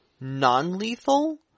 non-lethal